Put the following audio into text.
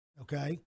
okay